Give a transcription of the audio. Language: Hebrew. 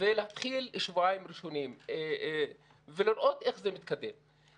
ולהתחיל שבועיים ראשונים ולראות איך זה מתקדם.